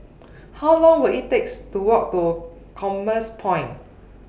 How Long Will IT takes to Walk to Commerce Point